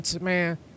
Man